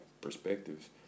perspectives